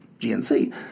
GNC